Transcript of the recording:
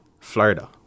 Florida